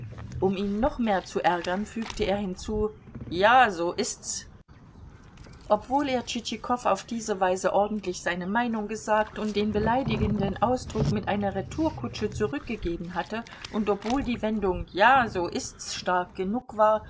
um ihn noch mehr zu ärgern fügte er hinzu ja so ist's obwohl er tschitschikow auf diese weise ordentlich seine meinung gesagt und den beleidigenden ausdruck mit einer retourkutsche zurückgegeben hatte und obwohl die wendung ja so ist's stark genug war